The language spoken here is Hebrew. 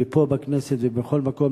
ופה בכנסת ובכל מקום,